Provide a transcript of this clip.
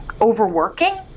overworking